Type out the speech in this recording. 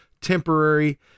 temporary